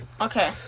Okay